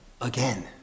again